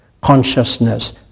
consciousness